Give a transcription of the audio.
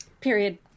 Period